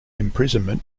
imprisonment